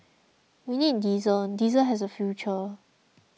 we need diesel diesel has a future